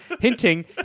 hinting